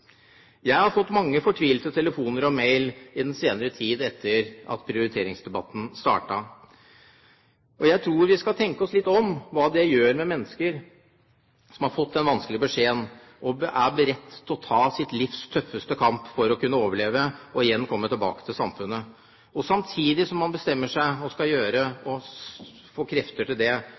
Jeg har fått mange fortvilte telefoner og mailer i den senere tid etter at prioriteringsdebatten startet. Og jeg tror vi skal tenke litt over hva dette gjør med mennesker som har fått den vanskelige beskjeden og er beredt til å ta sitt livs tøffeste kamp for å kunne overleve og igjen komme tilbake til samfunnet. Samtidig som man bestemmer seg for hva man skal gjøre og prøver å få krefter til det,